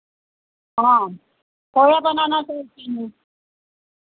हाँ खोया बनाना था इसी में